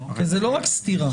זה לא רק סתירה.